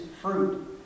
fruit